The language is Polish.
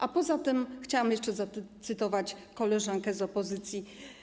A poza tym chciałam jeszcze zacytować koleżankę z opozycji.